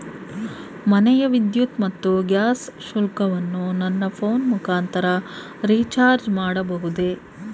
ಮನೆಯ ವಿದ್ಯುತ್ ಮತ್ತು ಗ್ಯಾಸ್ ಶುಲ್ಕವನ್ನು ನನ್ನ ಫೋನ್ ಮುಖಾಂತರ ರಿಚಾರ್ಜ್ ಮಾಡಬಹುದೇ?